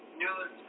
news